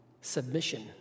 submission